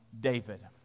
David